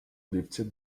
lifted